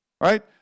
Right